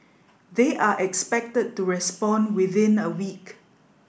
they are expected to respond within a week